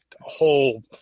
whole